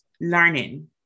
learning